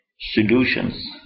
solutions